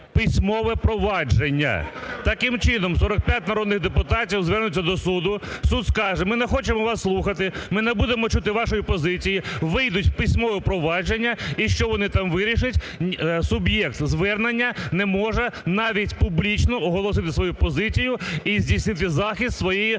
Таким чином 45 народних депутатів звернуться до суду. Суд скаже, ми не хочемо вас слухати, ми не будемо чути вашої позиції. Вийдуть в письмове провадження, і що вони там вирішать? Суб'єкт звернення не може навіть публічно оголосити свою позицію і здійснити захист своєї правової